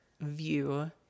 view